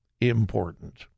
important